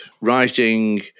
Writing